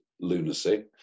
lunacy